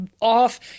off